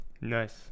Nice